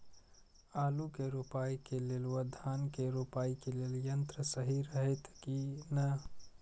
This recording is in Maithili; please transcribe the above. आलु के रोपाई के लेल व धान के रोपाई के लेल यन्त्र सहि रहैत कि ना?